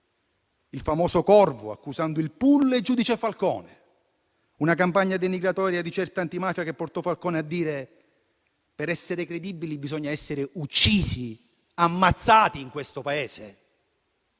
il famoso corvo, accusando il *pool* e il giudice Falcone; una campagna denigratoria di certa antimafia che portò Falcone a dire: per essere credibili bisogna essere uccisi, ammazzati in questo Paese?